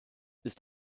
ist